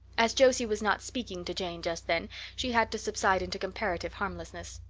as josie was not speaking to jane just then she had to subside into comparative harmlessness.